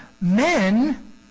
men